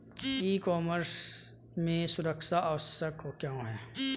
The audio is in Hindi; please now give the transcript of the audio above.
ई कॉमर्स में सुरक्षा आवश्यक क्यों है?